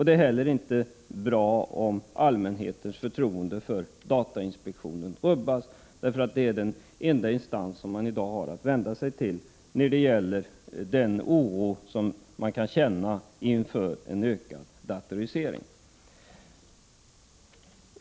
Det är inte heller bra om allmänhetens förtroende för datainspektionen rubbas. Datainspektionen är nämligen den enda instans som man i dag har att vända sig till med den oro man kan känna inför en ökad datorisering.